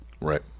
Right